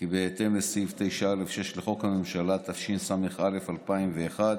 בהתאם לסעיף 9(א)(6) לחוק הממשלה, התשס"א 2001,